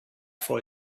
for